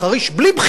בלי בחירות.